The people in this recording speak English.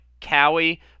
Cowie